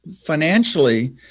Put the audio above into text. financially